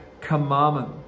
commandment